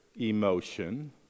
emotion